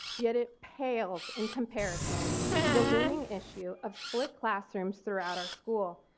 yet it pales in comparison to the looming issue of split classrooms throughout our school.